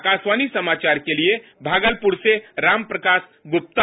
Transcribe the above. आकाशवाणी समाचार के लिए भागलपुर से रामप्रकाश गुप्ता